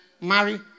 marry